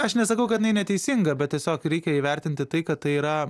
aš nesakau kad jinai neteisinga bet tiesiog reikia įvertinti tai kad tai yra